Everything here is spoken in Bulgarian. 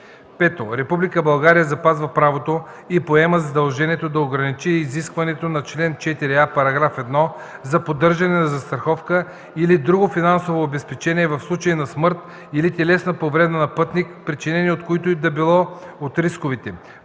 България запазва правото и поема задължението да ограничи изискването по член 4а, § 1 за поддържане на застраховка или друго финансово обезпечение в случай на смърт или телесна повреда на пътник, причинени от които и да било от рисковете,